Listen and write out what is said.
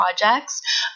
projects